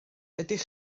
ydych